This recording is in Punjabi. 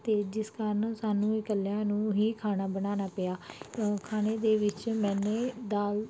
ਅਤੇ ਜਿਸ ਕਾਰਨ ਸਾਨੂੰ ਇਕੱਲਿਆਂ ਨੂੰ ਹੀ ਖਾਣਾ ਬਣਾਉਣਾ ਪਿਆ ਖਾਣੇ ਦੇ ਵਿੱਚ ਮੈਨੇ ਦਾਲ